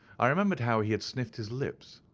i remembered how he had sniffed his lips,